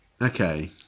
Okay